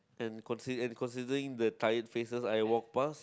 and consi~ and considering the tired faces I walk past